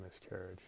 miscarriage